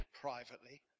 privately